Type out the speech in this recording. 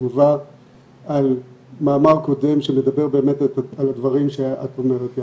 תגובה על מאמר קודם שמדבר על הדברים שאת אומרת,